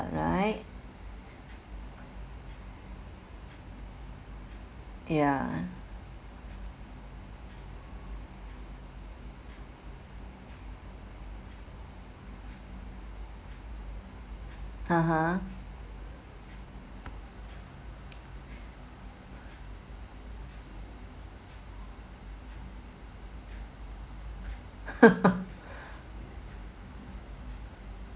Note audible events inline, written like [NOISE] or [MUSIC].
right ya (uh huh) [LAUGHS]